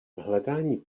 hledání